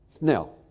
Now